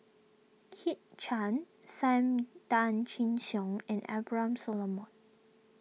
Kit Chan Sam Tan Chin Siong and Abraham Solomon